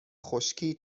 خشکی